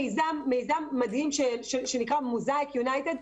מיזם מדהים שנקרא "מוזאיק-ינוייטד",